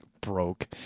broke